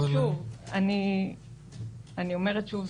אני אומרת שוב,